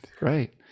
right